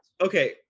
Okay